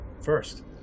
first